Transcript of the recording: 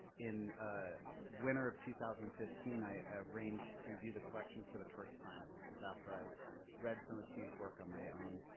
in ah winter of two thousand and fifteen, i arranged to view the collection for the first time. this is after i read some of steve's work on my own.